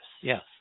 Yes